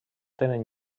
tenen